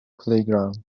playground